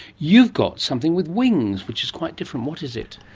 you've got something with wings, which is quite different. what is it?